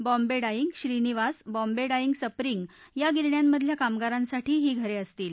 बॉम्बे डात्रि श्रीनिवास बॅम्बे डात्रि सप्रिंग या गिरण्यांमधल्या कामगारांसाठी ही घरे असतील